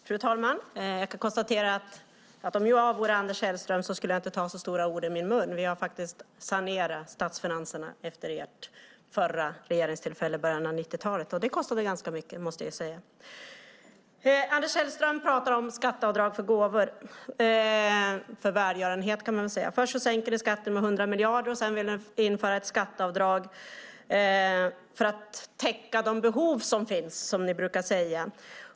Fru talman! Jag kan konstatera att om jag vore Anders Sellström skulle jag inte ta så stora ord i min mun. Vi har faktiskt sanerat statsfinanserna efter ert förra regeringstillfälle i början av 90-talet. Det kostade ganska mycket, måste jag säga. Anders Sellström pratar om skatteavdrag för gåvor, för välgörenhet, kan man väl säga. Först sänker ni skatten med 100 miljarder. Sedan vill ni införa ett skatteavdrag för att täcka de behov som finns, som ni brukar säga.